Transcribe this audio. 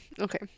Okay